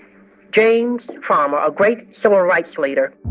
james farmer, a great civil rights leader